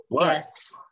Yes